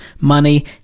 money